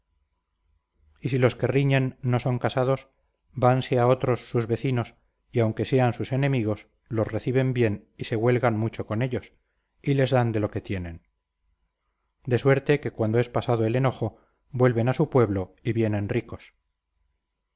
y si los que riñen no son casados vanse a otros sus vecinos y aunque sean sus enemigos los reciben bien y se huelgan mucho con ellos y les dan de lo que tienen de suerte que cuando es pasado el enojo vuelven a su pueblo y vienen ricos